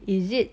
is it